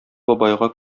бабайга